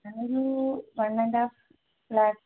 ഒരു one and half lac